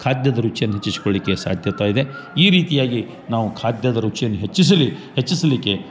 ಖಾದ್ಯದ ರುಚಿಯನ್ನ ಹೆಚ್ಚಿಶ್ಕೊಳ್ಳಲಿಕ್ಕೆ ಸಾಧ್ಯತೆಯಿದೆ ಈ ರೀತಿಯಾಗಿ ನಾವು ಖಾದ್ಯದ ರುಚಿಯನ್ನು ಹೆಚ್ಚಿಸಲಿ ಹೆಚ್ಚಿಸಲಿಕ್ಕೆ